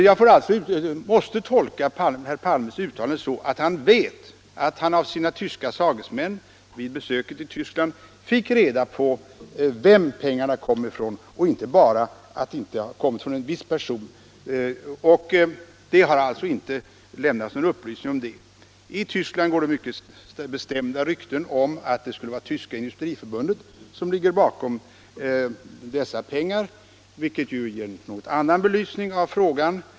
Jag måste tolka herr Palmes uttalande så att han av sina tyska sagesmän vid besöket fick reda på vem pengarna kom från och inte bara att de inte har kommit från ett visst håll. Det har alltså inte lämnats någon upplysning om det. I Tyskland går det mycket bestämda rykten om att det skulle vara det tyska industriförbundet som ligger bakom dessa pengar, vilket ger en något annan belysning av frågan.